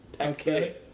Okay